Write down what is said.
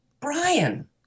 Brian